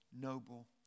noble